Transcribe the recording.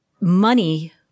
money